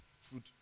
food